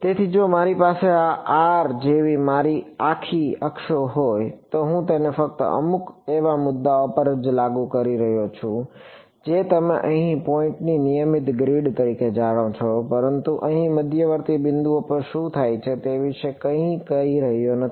તેથી જો મારી પાસે આ r જેવી મારી આખી અક્ષો હોય તો હું તેને ફક્ત અમુક એવા મુદ્દાઓ પર જ લાગુ કરી રહ્યો છું જે તમે અહીંના પોઈન્ટની નિયમિત ગ્રીડ તરીકે જાણો છો પરંતુ અહીં મધ્યવર્તી બિંદુઓ પર શું થાય છે તે વિશે કંઈ કહી રહ્યો નથી